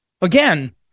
Again